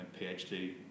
PhD